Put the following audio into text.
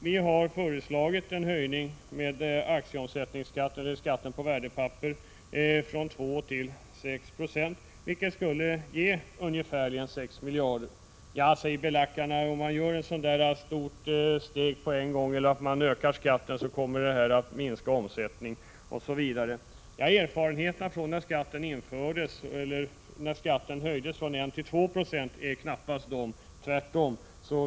Vi har föreslagit en höjning av aktieomsättningsskatten, eller skatten på värdepapper, från 2 till 6 70. Det skulle ge ungefärligen 6 miljarder kronor. Ja, säger belackarna, om man genomför ett sådant stort steg på en gång eller ökar skatten så kommer det att minska omsättningen osv. Erfarenheterna från tiden när skatten höjdes från 1 till 2 90 tyder knappast på detta.